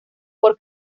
por